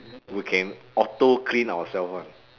we can auto clean ourself [one]